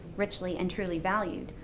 richly and truly valued,